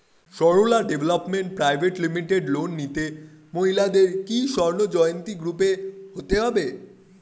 Sarala development private limited loan নিতে মহিলাদের কি স্বর্ণ জয়ন্তী গ্রুপে হতে হবে?